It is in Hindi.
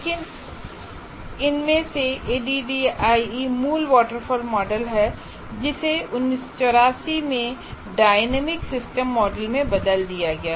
लेकिन इसमें से ADDIE मूल वाटरफॉल मॉडल है जिसे 1984 में डायनेमिक सिस्टम मॉडल में बदल दिया गया